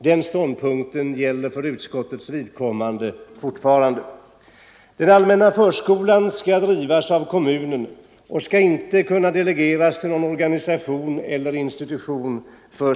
Den ståndpunkten gäller fortfarande för utskottets vidkommande. Den allmänna förskolan skall drivas av kommunen, och den skall inte kunna delegeras till någon organisation eller institution.